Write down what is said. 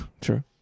True